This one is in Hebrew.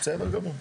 בסדר גמור.